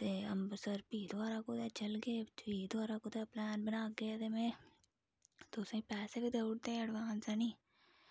ते अम्बरसर फ्ही दवारा कुतै चलगे फ्ही दवारा कुतै पलैन बनागे ते में तुसें पैसे बी देऊड़दे ऑड़वांस हैनी